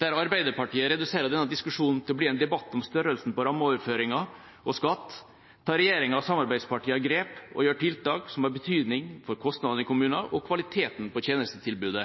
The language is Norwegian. Der Arbeiderpartiet reduserer denne diskusjonen til å bli en debatt om størrelsen på rammeoverføringene og skatt, tar regjeringa og samarbeidspartiene grep og gjør tiltak som har betydning for kostnadene i kommunene og kvaliteten på tjenestetilbudet.